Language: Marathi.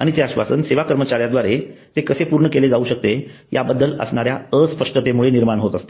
आणि ते आश्वासन सेवा कर्मचाऱ्यांद्वारे ते कसे पूर्ण केले जाऊ शकते याबद्दल असणाऱ्या अस्पष्टते मुळे निर्माण होत असते